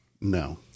No